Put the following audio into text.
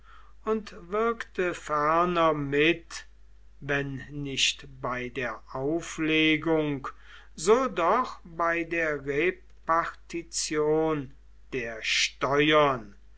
und wirkte ferner mit wenn nicht bei der auflegung so doch bei der repartition der steuern